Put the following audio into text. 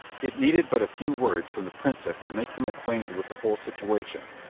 it needed but a few words from the princess to make him acquainted with the whole situation,